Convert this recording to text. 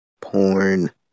Porn